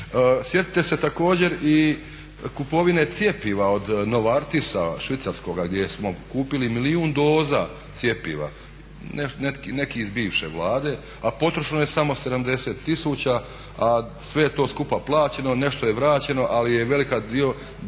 Sjetite se također i kupovine cjepiva od Novoartisa švicarskoga gdje smo kupili milijun doza cjepiva, neki iz bivše Vlade, a potrošeno je samo 70 tisuća, a sve je to skupa plaćeno, nešto je vraćeno ali je veliki dio plaćen